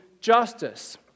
justice